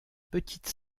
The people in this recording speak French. petite